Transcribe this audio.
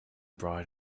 bride